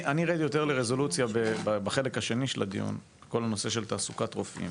אני ארד יותר לרזולוציה בחלק השני של הדיון לכל הנושא של תעסוקת רופאים